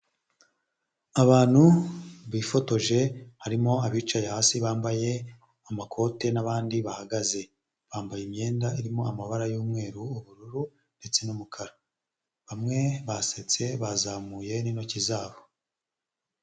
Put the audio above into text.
Abantu bifotoje harimo abicaye hasi bambaye amakote n'abandi bahagaze, bambaye imyenda irimo amabara y'umweru, ubururu ndetse n'umukara, bamwe basetse bazamuye n'intoki zabo.